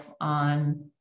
on